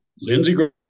Lindsey